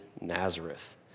Nazareth